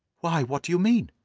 why, what do you mean?